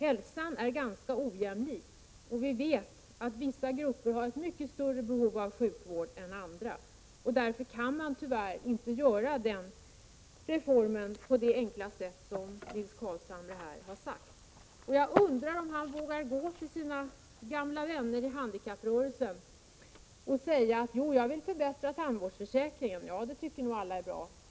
Hälsan är ganska ojämlik och vi vet att vissa grupper har mycket större behov av sjukvård än andra. Därför kan reformen tyvärr inte genomföras på det enkla sätt Nils Carlshamre här har sagt. Jag undrar om han vågar gå till sina gamla vänner inom handikapprörelsen och säga att han vill förbättra tandvårdsförsäkringen — det tycker nog alla är bra.